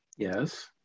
Yes